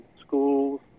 schools